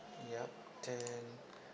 yup then